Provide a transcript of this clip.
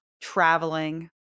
traveling